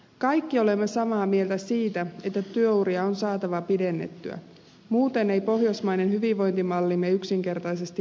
kaikki olemme samaa mieltä siitä että työuria on saatava pidennettyä muuten ei pohjoismainen hyvinvointimallimme yksinkertaisesti pelaa